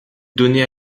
donnaient